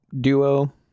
duo